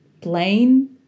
plain